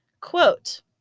Quote